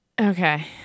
okay